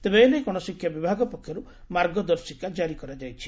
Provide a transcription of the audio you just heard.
ତେବେ ଏନେଇ ଗଣଶିକ୍ଷା ବିଭାଗ ପକ୍ଷରୁ ମାର୍ଗଦର୍ଶିକା ଜାରି କରାଯାଇଛି